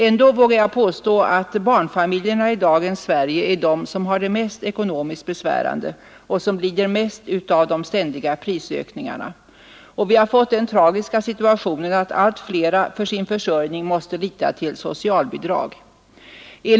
Ändå vågar jag påstå att barnfamiljerna i dagens Sverige är de som har det mest ekonomiskt besvärande och som lider mest av de ständiga prisökningarna. Vi har fått den tragiska situationen att allt fler för sin försörjning måste lita till socialbidrag.